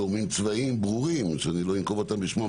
מגורמים צבאיים ברורים שאני לא אנקוב בשמם